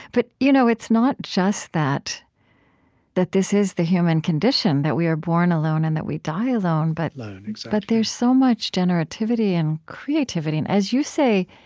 but you know, it's not just that that this is the human condition that we are born alone and that we die alone but alone but there's so much generativity and creativity and, as you say,